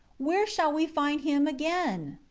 where shall we find him again,